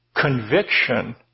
conviction